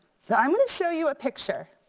so i'm gonna show you a picture.